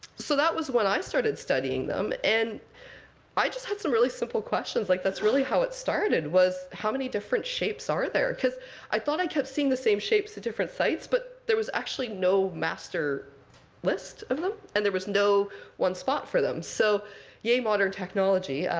so that was when i started studying them. and i just had some really simple questions. like, that's really how it started, was how many different shapes are there? because i thought i kept seeing the same shapes at different sites, but there was actually no master list of them. and there was no one spot for them. so yay, modern technology.